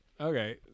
Okay